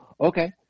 okay